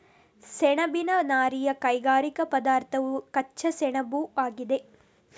ಸೆಣಬಿನ ನಾರಿನ ಕೈಗಾರಿಕಾ ಪದಾರ್ಥವು ಕಚ್ಚಾ ಸೆಣಬುಆಗಿದೆ